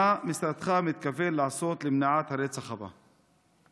4. מה משרדך מתכנן לעשות למניעת הרצח הבא?